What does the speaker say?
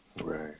Right